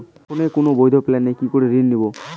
ফোনে কোন বৈধ প্ল্যান নেই কি করে ঋণ নেব?